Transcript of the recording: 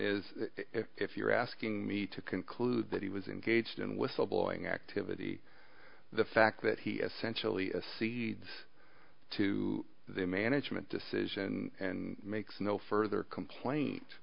is if you're asking me to conclude that he was engaged in whistleblowing activity the fact that he essentially a seeds to the management decision and makes no further complain